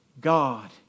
God